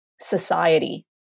society